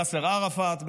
יאסר ערפאת,